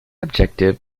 objective